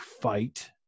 fight